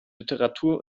literatur